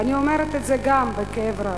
ואני אומרת את זה גם בכאב רב: